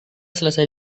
selesai